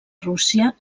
rússia